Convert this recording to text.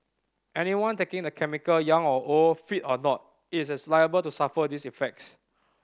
anyone taking the chemical young or old fit or not is as liable to suffer these effects